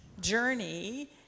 journey